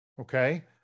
Okay